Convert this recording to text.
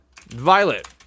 Violet